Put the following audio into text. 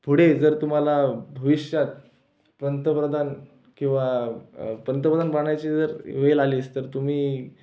पुढे जर तुम्हाला भविष्यात पंतप्रधान किंवा पंतप्रधान बनायची जर वेळ आलीच तर तुम्ही